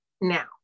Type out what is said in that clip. now